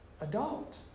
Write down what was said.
adult